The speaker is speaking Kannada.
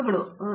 ಪ್ರೊಫೆಸರ್